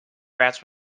routes